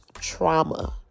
trauma